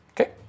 Okay